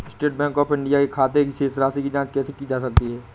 State Bank of India के खाते की शेष राशि की जॉंच कैसे की जा सकती है?